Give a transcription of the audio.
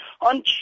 On